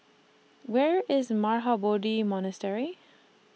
Where IS Mahabodhi Monastery